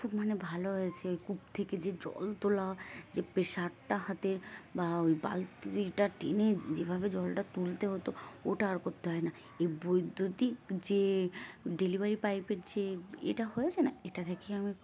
খুব মানে ভালো হয়েছে কূপ থেকে যে জল তোলা যে প্রেশারটা হাতের বা ওই বালতিটা টেনে যেভাবে জলটা তুলতে হতো ওটা আর করতে হয় না এই বৈদ্যুতিক যে ডেলিভারি পাইপের যে এটা হয়েছে না এটা দেখে আমি খুব